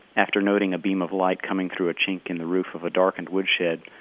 after noting, a beam of light coming through a chink in the roof of a darkened woodshed,